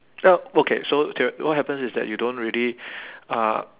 yup okay so theor~ what happens is that you don't really uh